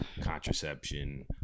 contraception